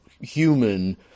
human